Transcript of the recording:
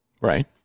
Right